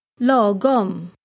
logom